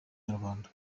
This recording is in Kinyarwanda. nyarwanda